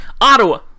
Ottawa